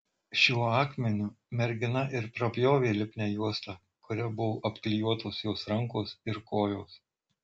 šiuo akmeniu mergina ir prapjovė lipnią juostą kuria buvo apklijuotos jos rankos ir kojos